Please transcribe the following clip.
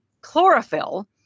chlorophyll